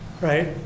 right